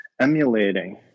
emulating